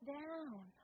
down